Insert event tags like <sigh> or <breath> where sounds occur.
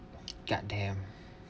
<breath> god damn